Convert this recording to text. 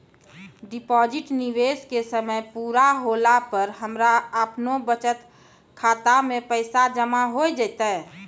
Deposit निवेश के समय पूरा होला पर हमरा आपनौ बचत खाता मे पैसा जमा होय जैतै?